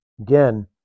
again